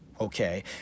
okay